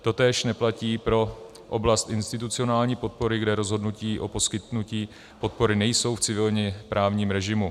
Totéž neplatí pro oblast institucionální podpory, kde rozhodnutí o poskytnutí podpory nejsou v civilněprávním režimu.